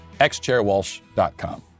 xchairwalsh.com